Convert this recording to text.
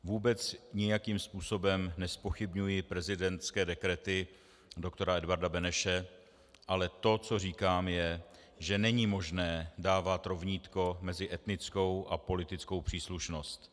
Vůbec nijakým způsobem nezpochybňuji prezidentské dekrety doktora Edvarda Beneše, ale to, co říkám, je, že není možné dávat rovnítko mezi etnickou a politickou příslušnost.